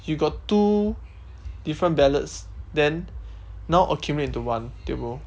you got two different ballots then now accumulate into one tio bo